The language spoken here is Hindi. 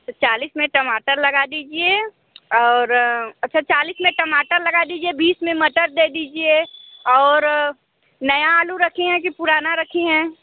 चालीस में टमाटर लगा दीजिए और अच्छा चालीस में टमाटर लगा दीजिए बीस में मटर दे दीजिए और नया आलू रखी है कि पुराना रखी हैं